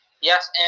Yes